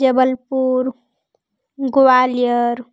Jabalpur Gwalior